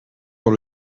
dans